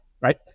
right